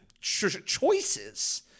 choices